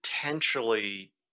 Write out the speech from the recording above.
potentially